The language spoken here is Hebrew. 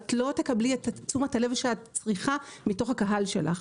ואת לא תקבלי את תשומת הלב שאת צריכה מתוך הקהל שלך.